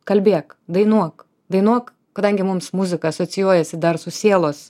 kalbėk dainuok dainuok kadangi mums muzika asocijuojasi dar su sielos